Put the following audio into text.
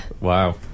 Wow